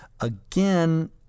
Again